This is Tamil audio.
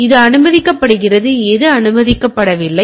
எனவே எது அனுமதிக்கப்படுகிறது எது அனுமதிக்கப்படவில்லை